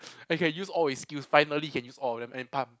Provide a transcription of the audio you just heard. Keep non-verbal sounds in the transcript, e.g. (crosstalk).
and he can use all his skills finally can use all of them and (noise)